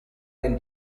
del